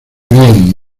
bien